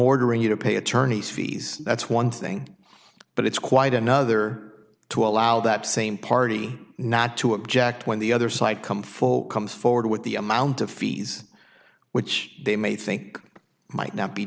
ordering you to pay attorney's fees that's one thing but it's quite another to allow that same party not to object when the other side come full comes forward with the amount of fees which they may think might not be